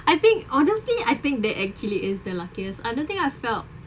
I think honestly I think that actually is the luckiest I don't think I felt